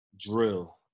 Drill